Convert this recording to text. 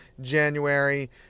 january